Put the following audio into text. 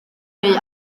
neu